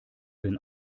denn